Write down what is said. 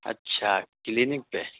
اچھا کلینک پہ